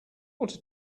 what